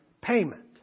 payment